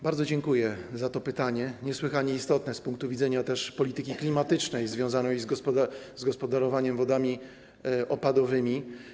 Bardzo dziękuję za to pytanie, niesłychanie istotne z punktu widzenia polityki klimatycznej, związane z gospodarowaniem wodami opadowymi.